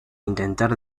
intentar